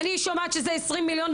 אני שומעת שזה 20 מיליון,